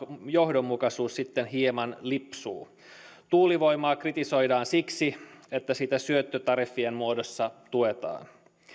johdonmukaisuus sitten hieman lipsuu tuulivoimaa kritisoidaan siksi että sitä syöttötariffien muodossa tuetaan